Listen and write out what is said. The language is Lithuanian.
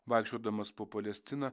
vaikščiodamas po palestiną